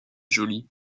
joly